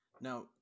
Now